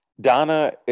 Donna